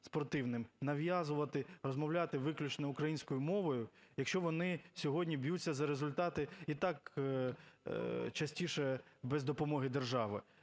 нав'язувати розмовляти виключно українською мовою, якщо вони сьогодні б'ються за результати і так частіше без допомоги держави.